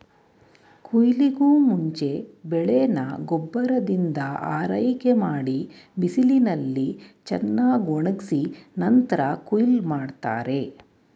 ಕುಯ್ಲಿಗೂಮುಂಚೆ ಬೆಳೆನ ಗೊಬ್ಬರದಿಂದ ಆರೈಕೆಮಾಡಿ ಬಿಸಿಲಿನಲ್ಲಿ ಚೆನ್ನಾಗ್ಒಣುಗ್ಸಿ ನಂತ್ರ ಕುಯ್ಲ್ ಮಾಡ್ತಾರೆ